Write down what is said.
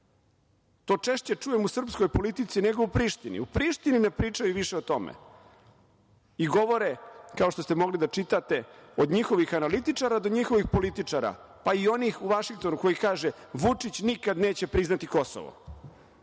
To češće čujem u srpskoj politici, nego u Prištini. U Prištini ne pričaju više o tome. Govore, kao što ste mogli da čitate od njihovih analitičara, do njihovih političara, pa i onih u Vašingtonu koji kažu – Vučić nikad neće priznati Kosovo.